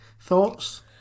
thoughts